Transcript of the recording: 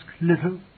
little